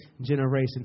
generation